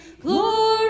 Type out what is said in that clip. glory